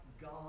God